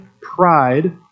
pride